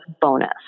bonus